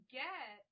get